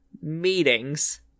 meetings